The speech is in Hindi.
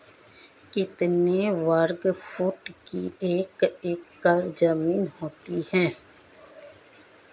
कितने वर्ग फुट की एक एकड़ ज़मीन होती है?